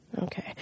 Okay